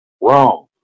Wrong